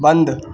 बन्द